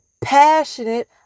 passionate